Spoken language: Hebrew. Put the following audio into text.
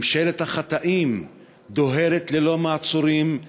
ממשלת החטאים דוהרת ללא מעצורים,